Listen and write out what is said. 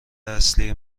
اصلی